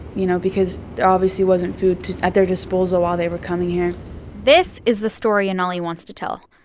you know, because there obviously wasn't food at their disposal while they were coming here this is the story anali wants to tell.